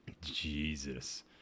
Jesus